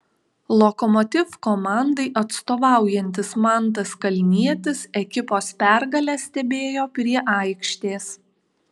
lokomotiv komandai atstovaujantis mantas kalnietis ekipos pergalę stebėjo prie aikštės